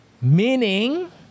Meaning